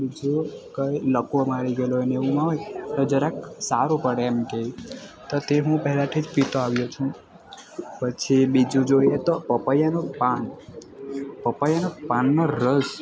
બીજુ કંઇ લકવો મારી ગએલો હોય તો જરાક સારું પડે એમ કહે તો તે હું પહેલાંથી જ પીતો આવ્યો છું પછી બીજું જોઈએ તો પપૈયાનું પાન પપૈયાનાં પાનનો રસ